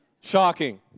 Shocking